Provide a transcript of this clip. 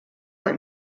let